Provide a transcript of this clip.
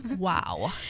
Wow